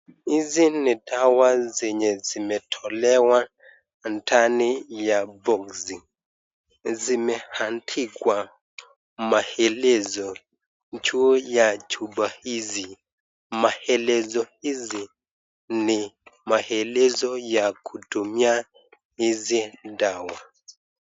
Hizi ni dawa zenye zimetolewa ndani ya boksi zimeandikwa maelezo juu ya chupa hizi ,maelezo hizi ni maelezo ya kutumia hizi dawa.